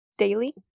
daily